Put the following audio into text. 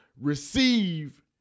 receive